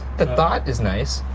the thought is nice.